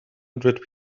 hundred